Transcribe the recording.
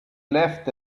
left